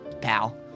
pal